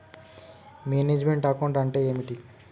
Manage meant account అంటే ఏమిటి?